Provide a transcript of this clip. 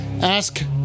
ask